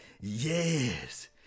yes